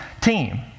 team